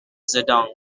zedong